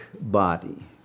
body